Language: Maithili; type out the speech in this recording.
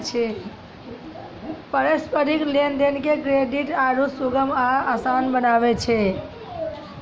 पारस्परिक लेन देन के क्रेडिट आरु सुगम आ असान बनाबै छै